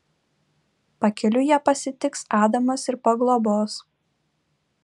pakeliui ją pasitiks adamas ir paglobos